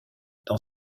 dans